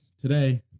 Today